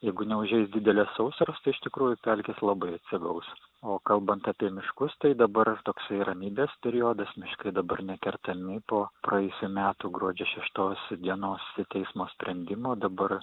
jeigu neužeis didelės sausros tai iš tikrųjų pelkės labai atsigaus o kalbant apie miškus tai dabar toksai ramybės periodas miškai dabar nekertami po praėjusių metų gruodžio šeštos dienos teismo sprendimo dabar